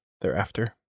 thereafter